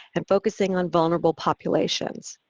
and focusing on vulnerable populations.